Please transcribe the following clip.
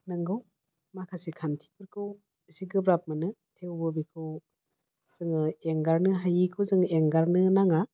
नंगौ माखासे खान्थिफोरखौ एसे गोब्राब मोनो थेवबो बेखौ जोङो एंगारनो हायैखौ जोङो एंगारनो नांङा